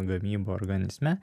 gamybą organizme